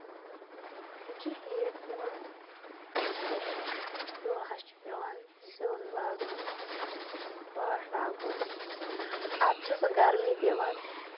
یِم چھِ ہیٖٹ دِوان یِتھَے پٲٹھۍ چوٗلہَس چھُ پٮ۪وان زیُن لاگُن باٹھ لاگُن تہٕ اَدٕ چھُ سُہ گرمی دِوان